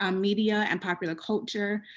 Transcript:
um media, and popular culture,